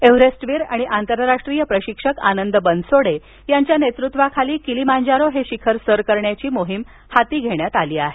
एव्हरेस्टरवीर आणि आंतराष्ट्रीय प्रशिक्षक आनंद बनसोडे यांच्या नेतृत्वाखाली किलीमांजारो हे शिखर सर करण्याची मोहीम हाती घेण्यात आली आहे